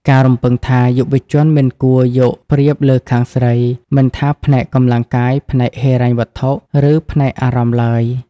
សង្គមរំពឹងថា យុវជនមិនគួរ "យកប្រៀបលើខាងស្រី" មិនថាផ្នែកកម្លាំងកាយ ផ្នែកហិរញ្ញវត្ថុ ឬផ្នែកអារម្មណ៍ឡើយ។